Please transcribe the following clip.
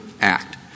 act